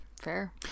Fair